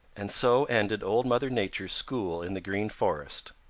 and so ended old mother nature's school in the green forest.